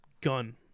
gun